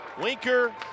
Winker